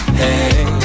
hey